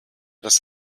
das